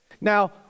Now